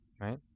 Right